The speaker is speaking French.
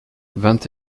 vingt